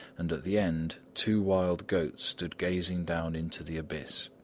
and at the end two wild goats stood gazing down into the abyss.